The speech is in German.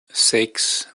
sechs